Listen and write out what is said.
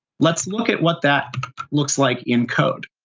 let's look at what that looks like in code.